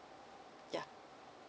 yeah